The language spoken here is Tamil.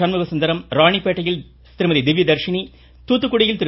சண்முகசுந்தரம் ராணிப்பேட்டையில் திவ்யதர்சினி தூத்துக்குடியில் திரு